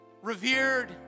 Revered